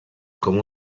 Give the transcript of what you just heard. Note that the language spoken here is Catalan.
com